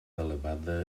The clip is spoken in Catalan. elevada